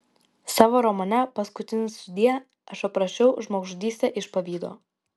savo romane paskutinis sudie aš aprašiau žmogžudystę iš pavydo